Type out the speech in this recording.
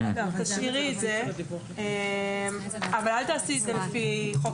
תשאירי את זה אבל אל תעשי את זה לפי חוק